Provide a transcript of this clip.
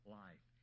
life